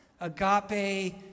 Agape